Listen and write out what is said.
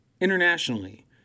internationally